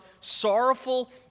sorrowful